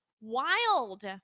Wild